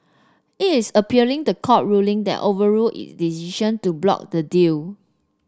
it is appealing the court ruling that overruled it decision to block the deal